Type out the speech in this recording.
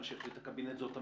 מה שהחליט הקבינט זאת המציאות.